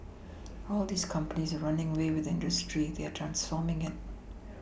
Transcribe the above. all these companies are running away with the industry they are transforming it